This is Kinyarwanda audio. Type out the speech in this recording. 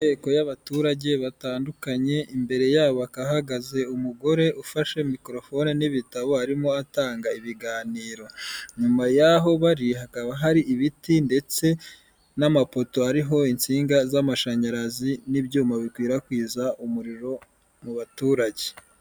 Inteko y'abaturage batandukanye imbere ya bo hakaba hahagaze umugore ufashe mikorofoni n'ibitabo, arimo atanga ibiganiro, inyuma y'aho hakaba hari ibiti ndetse n'amapoto ariho insinga z'amashanyarazi, n'ibyuma bikwirakwiza umuriro mu baturage.